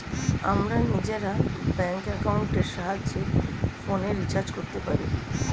আমরা নিজেরা ব্যাঙ্ক অ্যাকাউন্টের সাহায্যে ফোনের রিচার্জ করতে পারি